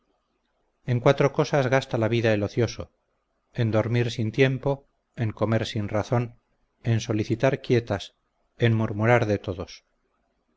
en cuatro cosas gasta la vida el ocioso en dormir sin tiempo en comer sin razón en solicitar quietas en murmurar de todos